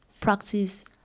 practice